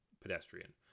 Pedestrian